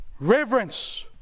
Reverence